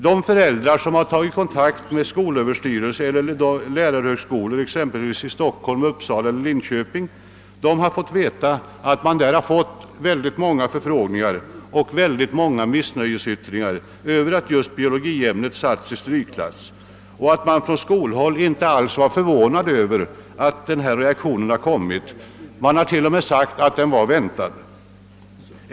De föräldrar som tagit kontakt med skolöverstyrelsen eller lärarhögskolorna, exempelvis i Stockholm, Uppsala och Linköping, har fått veta att man fått många förfrågningar och missnöjesyttringar över att just biologiämnet satts i strykklass och att man från skolhåll inte alls var förvånad över denna reaktion — man har t.o.m. sagt att den var väntad.